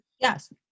Yes